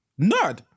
nerd